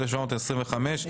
1725/25,